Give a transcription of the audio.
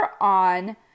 on